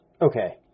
Okay